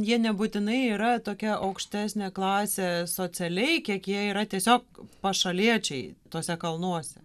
jie nebūtinai yra tokia aukštesnė klasė socialiai kiek jie yra tiesiog pašaliečiai tuose kalnuose